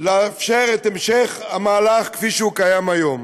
לאפשר את המשך המהלך כפי שהוא קיים היום.